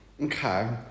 Okay